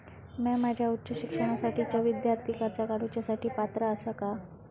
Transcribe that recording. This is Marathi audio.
म्या माझ्या उच्च शिक्षणासाठीच्या विद्यार्थी कर्जा काडुच्या साठी पात्र आसा का?